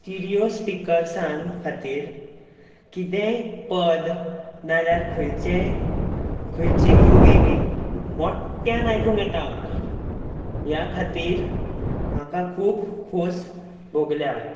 stereo स्पिकर्सां खातीर कितेंय पद ना जाल्यार खंयचें खंयची मुवी बी मोट्ट्यान आयकूंक येता ह्या खातीर म्हाका खूब खोस भोगल्या